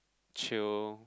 chill